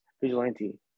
vigilante